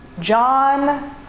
John